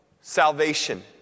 salvation